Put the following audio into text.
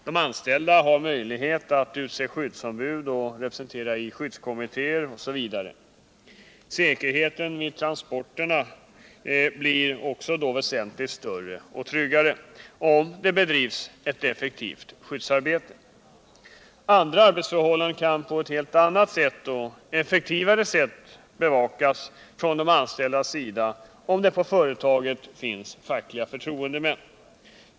De anställda har möjlighet att utse skyddsombud och representera i skyddskommittér osv. Säkerheten vid transporterna blir väsentligt större, om det bedrivs ett effektivt skyddsarbete. Andra arbetsförhållanden kan på ett helt annat och effektivare sätt bevakas från de anställdas sida, om det på företaget finns fackliga förtroendemän.